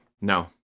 No